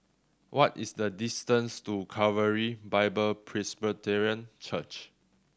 what is the distance to Calvary Bible Presbyterian Church